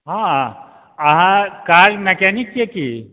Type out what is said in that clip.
हँ अहाँ car mechanic छियै की